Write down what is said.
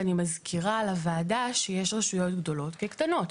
ואני מזכירה לוועדה שיש רשויות גדולות כקטנות.